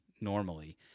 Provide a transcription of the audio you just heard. normally